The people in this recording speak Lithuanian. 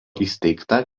įsteigta